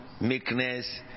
meekness